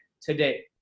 today